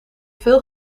veel